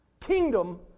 Kingdom